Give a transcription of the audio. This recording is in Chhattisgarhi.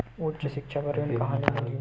उच्च सिक्छा बर ऋण कहां ले मिलही?